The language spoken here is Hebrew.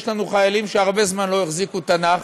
כי יש לנו חיילים שהרבה זמן לא החזיקו תנ"ך,